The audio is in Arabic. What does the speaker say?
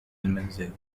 المنزل